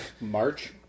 March